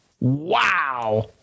Wow